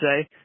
say